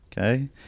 Okay